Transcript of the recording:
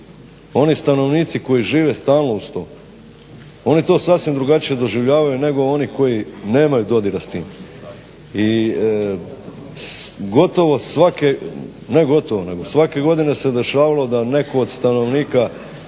Oni stanovnici koji žive stalno uz to oni to sasvim drugačije doživljavaju nego oni koji nemaju dodira s tim. I gotovo svake, ne gotovo nego svake godine se dešavalo da netko od stanovnika